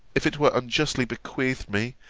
if it were unjustly bequeathed me,